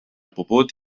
puput